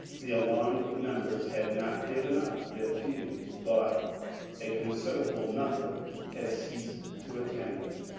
the alarmed members had not given up their pews, but a considerable number had ceased to attend,